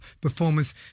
performance